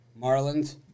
Marlins